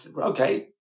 okay